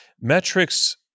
Metrics